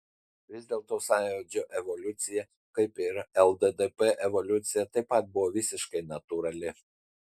vis dėlto sąjūdžio evoliucija kaip ir lddp evoliucija taip pat buvo visiškai natūrali